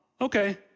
okay